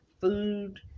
food